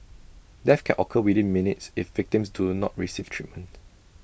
death can occur within minutes if victims do not receive treatment